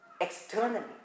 externally